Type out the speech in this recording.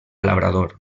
labrador